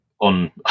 on